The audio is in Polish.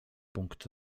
punkt